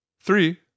three